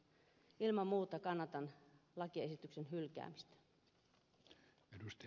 ilman muuta kannatan lakiesityksen hylkäämistä